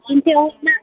ᱤᱧ ᱴᱷᱮᱱ ᱦᱮᱱᱟᱜ ᱫᱚ